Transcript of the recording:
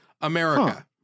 America